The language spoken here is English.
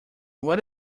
what